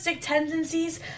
tendencies